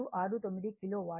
0669 kilowatt